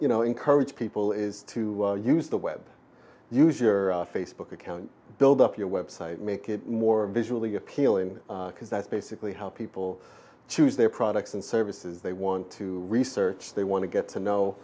you know encourage people is to use the web user facebook account build up your website make it more visually appealing because that's basically how people choose their products and services they want to research they want to get to know